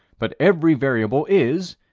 but every variable is,